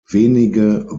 wenige